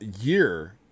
year